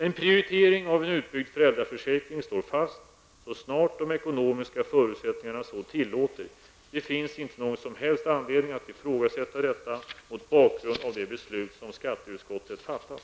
En prioritering av en utbyggd föräldraförsäkring står fast så snart de ekonomiska förutsättningarna så tillåter -- det finns inte någon som helst anledning att ifrågasätta detta mot bakgrund av det beslut som skatteutskottet fattat.